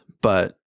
but-